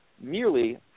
merely